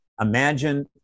Imagine